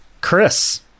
Chris